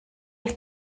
eich